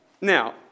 Now